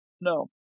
No